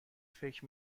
فکر